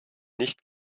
nicht